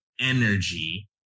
energy